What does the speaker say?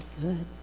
good